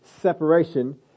separation